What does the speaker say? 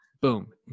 Boom